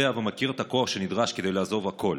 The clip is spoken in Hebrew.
ומכיר את הקושי שנדרש כדי לעזוב הכול,